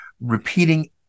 repeating